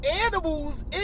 animals